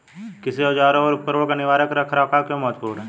कृषि औजारों और उपकरणों का निवारक रख रखाव क्यों महत्वपूर्ण है?